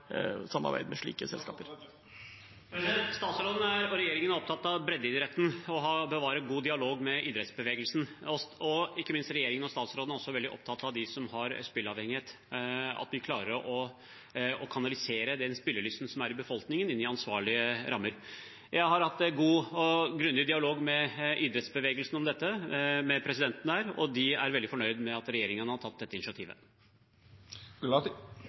samarbeid med slike selskaper? Statsråden og regjeringen er opptatt av breddeidretten og å bevare en god dialog med idrettsbevegelsen. Ikke minst er statsråden og regjeringen også veldig opptatt av de spilleavhengige, at vi klarer å kanalisere den spillelysten som er i befolkningen, inn i ansvarlige rammer. Jeg har hatt en god og grundig dialog med idrettsbevegelsen om dette, med presidenten der, og de er veldig fornøyd med at regjeringen har tatt dette